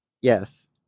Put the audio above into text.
Yes